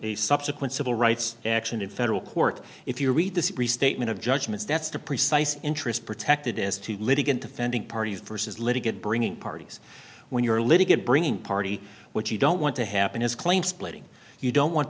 a subsequent civil rights action in federal court if you read this restatement of judgments that's the precise interest protected as to litigant offending party versus litigate bringing parties when you're litigate bringing party what you don't want to happen is claim splitting you don't want